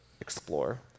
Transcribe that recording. explore